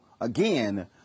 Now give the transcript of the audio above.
again